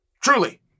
Truly